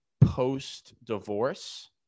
post-divorce